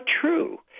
true